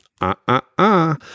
Uh-uh-uh